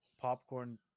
popcorn